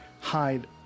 hide